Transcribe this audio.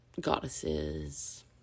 goddesses